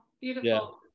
beautiful